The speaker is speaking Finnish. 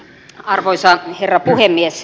arvoisa herra puhemies